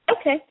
Okay